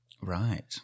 Right